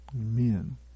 Amen